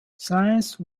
science